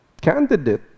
candidate